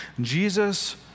Jesus